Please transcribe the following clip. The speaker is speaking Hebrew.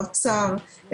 אוצר,